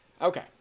Okay